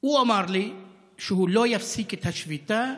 הוא אמר לי שהוא לא יפסיק את השביתה,